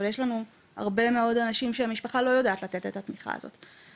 אבל יש לנו הרבה מאוד אנשים שהמשפחה לא יודעת לתת את התמיכה הזאת.